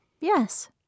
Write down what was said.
Yes